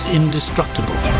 indestructible